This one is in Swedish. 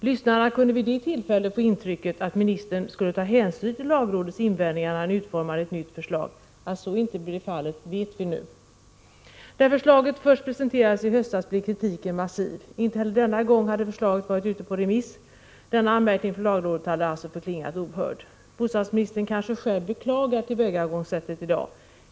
Lyssnarna kunde vid det tillfället få intrycket att ministern skulle ta hänsyn till lagrådets invändningar när han utformade ett nytt förslag. Att så inte blev fallet vet vi nu. När förslaget först presenterades i höstas blev kritiken massiv. Inte heller denna gång hade förslaget varit ute på remiss. Denna anmärkning från lagrådet hade alltså förklingat ohörd. Bostadsministern kanske själv beklagar tillvägagångssättet i dag.